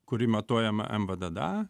kuri matuojama em vdda